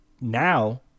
now